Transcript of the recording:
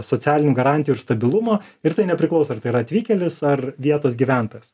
socialinių garantijų ir stabilumo ir tai nepriklauso ar tai yra atvykėlis ar vietos gyventojas